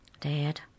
Dad